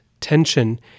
tension